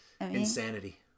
Insanity